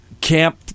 Camp